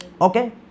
Okay